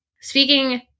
Speaking